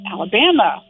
Alabama